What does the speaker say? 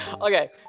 okay